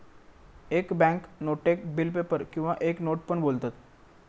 एक बॅन्क नोटेक bill paper किंवा एक नोट पण बोलतत